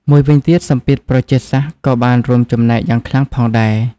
មួយវិញទៀត សម្ពាធប្រជាសាស្រ្ត ក៏បានរួមចំណែកយ៉ាងខ្លាំងផងដែរ។